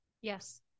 Yes